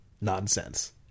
nonsense